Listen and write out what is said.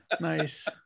Nice